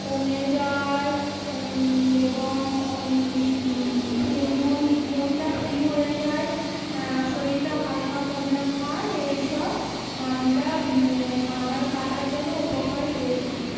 কমে যায় এবং ফি মন মনটা ফ্রি হয়ে যায় শরীরটা হালকা মনে হয় এইসব আমরা সাঁতার কাটার জন্য উপকার পেয়ে থাকি